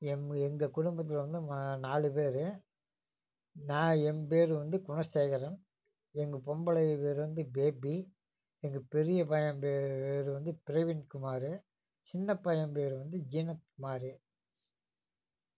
M எங்கள் குடும்பத்தில் வந்து மா நாலு பேர் நான் என்பேரு வந்து குணசேகரன் எங்கள் பொம்பளைங்க பேர் வந்து பேபி எங்கள் பெரிய பையன் பேர் வந்து பிரவின்குமாரு சின்ன பையன் பேர் வந்து ஜீனத்குமாரு